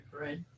right